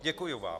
Děkuju vám.